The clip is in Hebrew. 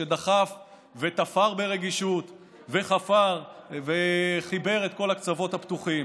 שדחף ותפר ברגישות וחפר וחיבר את כל הקצוות הפתוחים,